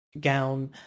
gown